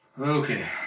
Okay